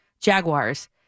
Jaguars